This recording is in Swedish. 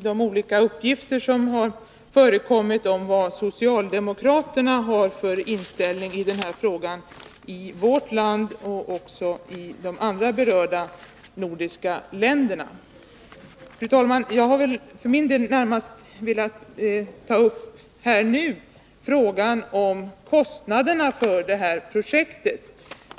Fru talman! Sture Palms inlägg ser jag närmast som ett försök att bringa reda i de olika uppgifter som förekommit om vilken inställning socialdemokraterna i vårt land, och även i de andra berörda nordiska länderna, har. För min del vill jag nu närmast ta upp frågan om kostnaderna för detta projekt.